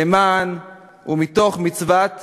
למען ומתוך מצוות